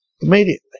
Immediately